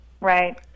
right